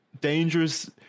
dangerous